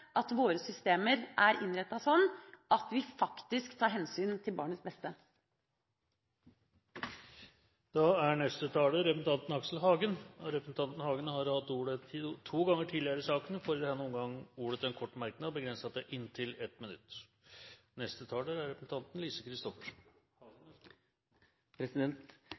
at våre systemer er innrettet sånn at vi faktisk tar hensyn til barnets beste. Representanten Aksel Hagen har hatt ordet to ganger tidligere og får ordet til en kort merknad, begrenset til 1 minutt. Trine Skei Grande har en interessant refleksjon omkring forholdet mellom forskrift og praksis. Da er